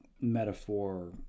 metaphor